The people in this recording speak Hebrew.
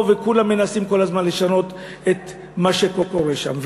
וכולם מנסים כל הזמן לשנות את מה שקורה שם.